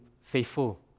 faithful